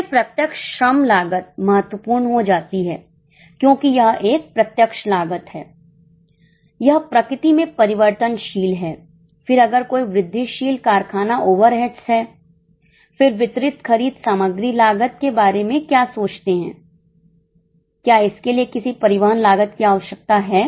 फिर प्रत्यक्ष श्रम लागत महत्वपूर्ण हो जाती है क्योंकि यह एक प्रत्यक्ष लागत है यह प्रकृति में परिवर्तनशील है फिर अगर कोई वृद्धिशील कारखाना ओवरहेड्स है फिर वितरित खरीद सामग्री लागत के बारे में क्या सोचते है क्या इसके लिए किसी परिवहन लागत की आवश्यकता है